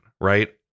Right